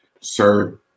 Sir